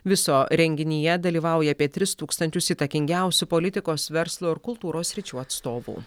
viso renginyje dalyvauja apie tris tūkstančius įtakingiausių politikos verslo ir kultūros sričių atstovų